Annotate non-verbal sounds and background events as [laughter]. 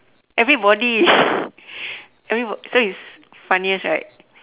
everybody [laughs] everybo~ so it's funniest right